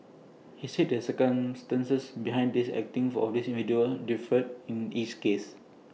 he said the circumstances behind his acting for of these individuals differed in each case